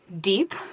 deep